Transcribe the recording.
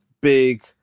big